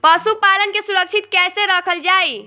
पशुपालन के सुरक्षित कैसे रखल जाई?